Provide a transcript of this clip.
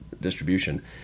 Distribution